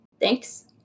Thanks